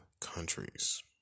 countries